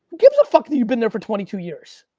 gives a fuck that you've been there for twenty two years?